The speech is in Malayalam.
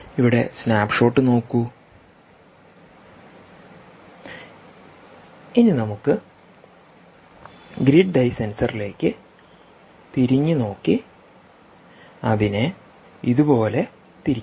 ഇവിടെ സ്നാപ്പ്ഷോട്ട് നോക്കൂ ഇനി നമുക്ക് ഗ്രിഡ് ഐ സെൻസറിലേക്ക് തിരിഞ്ഞുനോക്കി അതിനെ ഇത് പോലെ തിരിക്കാം